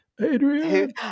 Adrian